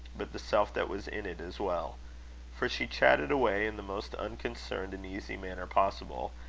but the self that was in it as well for she chatted away in the most unconcerned and easy manner possible,